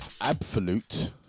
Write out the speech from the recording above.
absolute